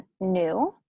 new